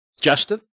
Justin